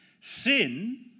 Sin